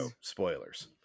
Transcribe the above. Spoilers